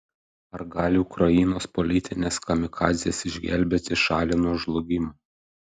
ar gali ukrainos politinės kamikadzės išgelbėti šalį nuo žlugimo